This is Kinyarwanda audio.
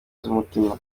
z’umutima